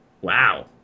Wow